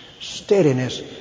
steadiness